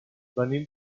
venim